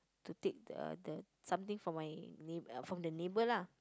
to take the the something from my neigh~ uh from the neighbour lah